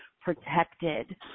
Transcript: protected